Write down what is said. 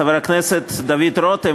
חבר הכנסת דוד רותם,